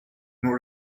more